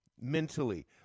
mentally